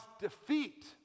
defeat